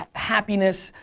happiness,